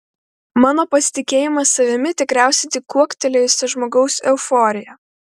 mano pasitikėjimas savimi tikriausiai tik kuoktelėjusio žmogaus euforija